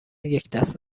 یکدست